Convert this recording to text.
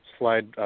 slide